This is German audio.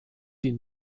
die